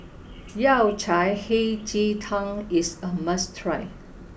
Yao Cai Hei Ji Tang is a must try